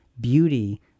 beauty